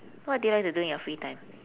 what do you like to do in your free time